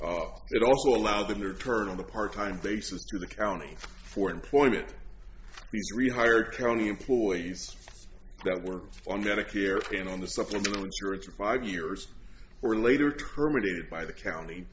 aetna it also allowed them to turn on the part time basis to the county for employment hired county employees that worked on medicare and on the supplemental insurance for five years or later terminated by the county